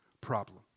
problem